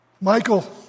Michael